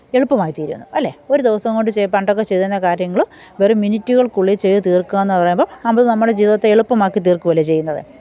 എളുപ്പമായി തീരുന്നു അല്ലേ ഒരു ദിവസം കൊണ്ട് ചെയ് പണ്ടൊക്കെ ചെയ്തിരുന്ന കാര്യങ്ങൾ വെറും മിനിറ്റുകള്ക്കുള്ളിൽ ചെയ്ത് തീര്ക്കാമെന്ന് പറയുമ്പം അത് നമ്മുടെ ജീവിതത്തെ എളുപ്പമാക്കി തീര്ക്കുവല്ലേ ചെയ്യുന്നത്